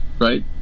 right